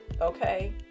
okay